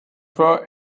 for